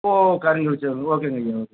ஓ கருகல் செவரு ஓகேங்க ஐயா ஓகேங்க